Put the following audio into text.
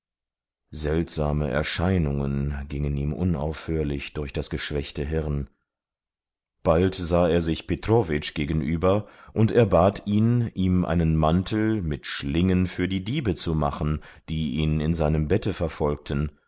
seltsame erscheinungen gingen ihm unaufhörlich durch das geschwächte hirn bald sah er sich petrowitsch gegenüber und er bat ihn ihm einen mantel mit schlingen für die diebe zu machen die ihn in seinem bette verfolgten